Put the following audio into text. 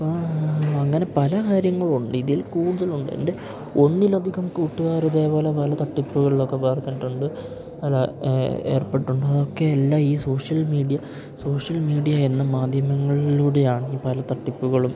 അപ്പം അങ്ങനെ പല കാര്യങ്ങളുണ്ട് ഇതിൽ കൂടുതലുണ്ട് എൻ്റെ ഒന്നിലധികം കൂട്ടുകാരിതേപോലെ പല തട്ടിപ്പുകളിലൊക്കെ വന്നിട്ടുണ്ട് അത് ഏർപ്പെട്ടിട്ടുണ്ട് അതൊക്കെ എല്ലാ ഈ സോഷ്യൽ മീഡിയ സോഷ്യൽ മീഡിയ എന്ന മാധ്യമങ്ങളിലൂടെയാണി പല തട്ടിപ്പുകളും